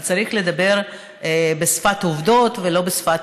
אבל צריך לדבר בשפת העובדות ולא בשפת